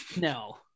no